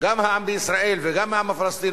גם העם בישראל וגם העם הפלסטיני,